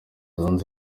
zunze